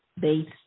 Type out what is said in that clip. based